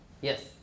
Yes